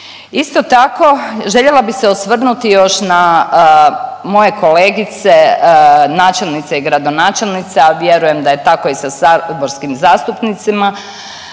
Isto tako željela bi se osvrnuti još na moje kolegice načelnice i gradonačelnice, a vjerujem da je tako i sa saborskim zastupnicima,